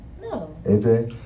No